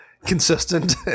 consistent